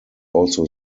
also